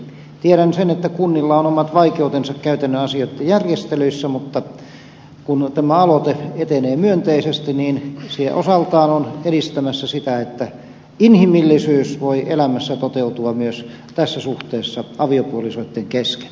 tiedän sen että kunnilla on omat vaikeutensa käytännön asioiden järjestelyissä mutta kun tämä aloite etenee myönteisesti niin se jo osaltaan on edistämässä sitä että inhimillisyys voi elämässä toteutua myös tässä suhteessa aviopuolisoitten kesken